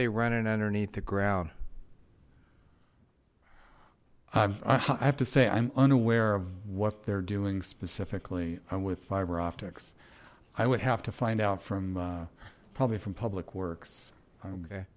they running underneath the ground i have to say i'm unaware of what they're doing specifically with fiber optics i would have to find out from probably from public works okay